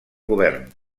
govern